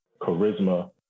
charisma